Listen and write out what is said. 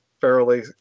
fairly